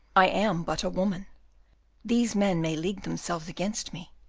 i am but a woman these men may league themselves against me,